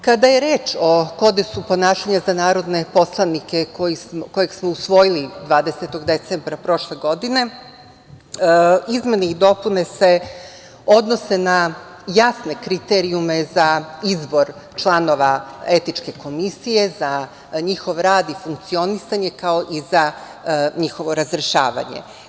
Kada je reč o Kodeksu ponašanja za narodne poslanike kojeg smo usvojili 20. decembra prošle godine, izmene i dopune se odnose na jasne kriterijume za izbor članova etičke komisije, za njihov rad i funkcionisanje, kao i za njihovo razrešavanje.